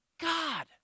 God